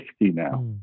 now